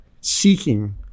seeking